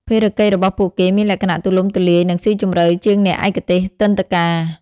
ភារកិច្ចរបស់ពួកគេមានលក្ខណៈទូលំទូលាយ និងស៊ីជម្រៅជាងអ្នកឯកទេសទិដ្ឋាការ។